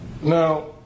Now